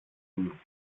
μου